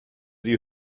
die